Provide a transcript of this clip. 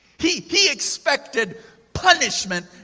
he he expected punishment,